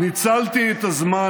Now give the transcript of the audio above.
תודה